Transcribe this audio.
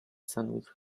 sandwich